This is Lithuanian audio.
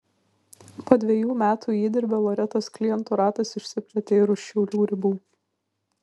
po dvejų metų įdirbio loretos klientų ratas išsiplėtė ir už šiaulių ribų